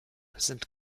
sind